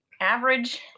average